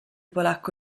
polacco